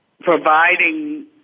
providing